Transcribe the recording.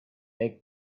make